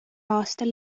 aastal